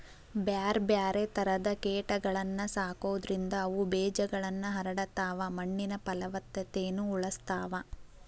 ಬ್ಯಾರ್ಬ್ಯಾರೇ ತರದ ಕೇಟಗಳನ್ನ ಸಾಕೋದ್ರಿಂದ ಅವು ಬೇಜಗಳನ್ನ ಹರಡತಾವ, ಮಣ್ಣಿನ ಪಲವತ್ತತೆನು ಉಳಸ್ತಾವ